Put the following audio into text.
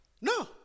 No